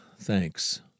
thanks